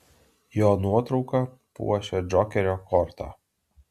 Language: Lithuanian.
jo nuotrauka puošia džokerio kortą